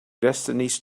destinies